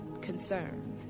concern